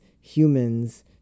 humans